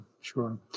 sure